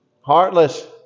heartless